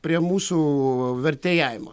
prie mūsų vertėjavimo